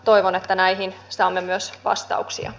toivon että näihin saamme myös vastauksia